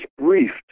briefed